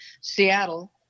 Seattle